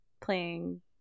Playing